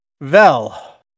Vel